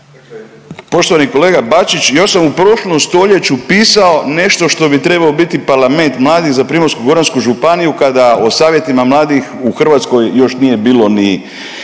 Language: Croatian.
Poštovani kolega Bačić, još sam u prošlom stoljeću pisao nešto što bi trebao biti parlament mladih za Primorsko-goransku županiju kada o savjetima mladih u Hrvatskoj još nije bilo ni